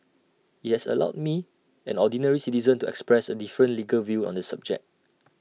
IT has allowed me an ordinary citizen to express A different legal view on this subject